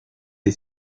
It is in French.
est